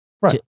Right